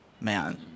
Man